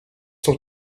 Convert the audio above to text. doch